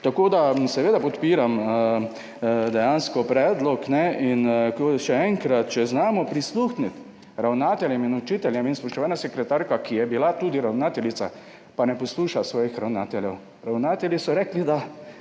dejansko seveda podpiram predlog. In še enkrat, če znamo prisluhniti ravnateljem in učiteljem, in spoštovana sekretarka, ki je bila tudi ravnateljica, pa ne posluša svojih ravnateljev, ravnatelji so rekli, da